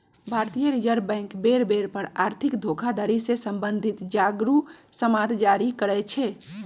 भारतीय Reserve Bank बेर बेर पर आर्थिक धोखाधड़ी से सम्बंधित जागरू समाद जारी करइ छै